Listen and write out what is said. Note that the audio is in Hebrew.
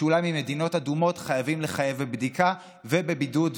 שאולי ממדינות אדומות חייבים לחייב בבדיקה ובבידוד,